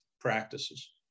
practices